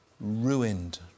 ruined